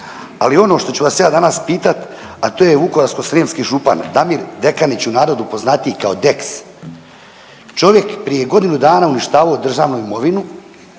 Ali ono što ću vas ja danas pitat, a to je vukovarsko-srijemski župan Damir Dekanić u narodu poznatiji kao Dex, čovjek prije godinu dana uništavao državnu imovinu,